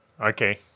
Okay